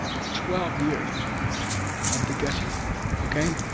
it's twelve years of the geshe course. okay?